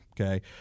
okay